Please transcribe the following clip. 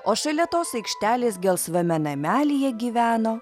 o šalia tos aikštelės gelsvame namelyje gyveno